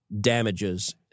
damages